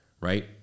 right